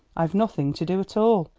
i've nothing to do at all.